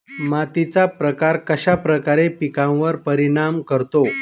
मातीचा प्रकार कश्याप्रकारे पिकांवर परिणाम करतो?